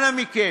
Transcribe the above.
אנא מכם,